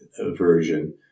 version